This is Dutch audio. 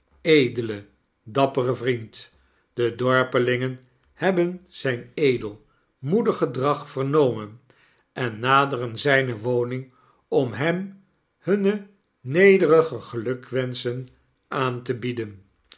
dapperen vriend de dorpelingen hebben zyn edel moedig gedrag vernomen en naderen zijne woning om hem hunne nederige gelukwenschen aan te bieden